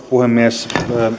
puhemies